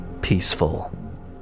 peaceful